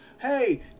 Hey